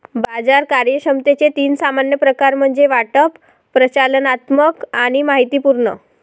बाजार कार्यक्षमतेचे तीन सामान्य प्रकार म्हणजे वाटप, प्रचालनात्मक आणि माहितीपूर्ण